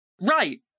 Right